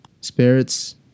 Spirits